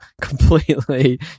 completely